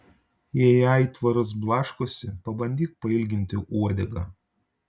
jei aitvaras blaškosi pabandyk pailginti uodegą